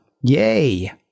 yay